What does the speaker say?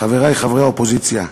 חברי חברי האופוזיציה,